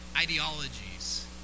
ideologies